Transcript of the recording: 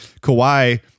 Kawhi